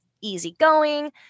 easygoing